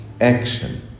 action